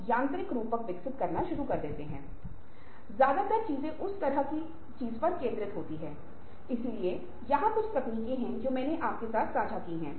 तो सब कुछ बहुत स्पष्ट और स्पष्ट क्रिस्टल होना चाहिए कि वास्तव में यह वह चीज है जिसे हम प्राप्त करना चाहते हैं